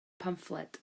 pamffled